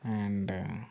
and